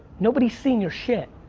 nobody's seen your shit.